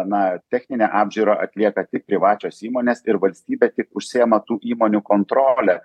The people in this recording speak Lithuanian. na techninę apžiūrą atlieka tik privačios įmonės ir valstybė tik užsiima tų įmonių kontrole